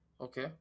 Okay